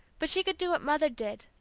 but she could do what mother did,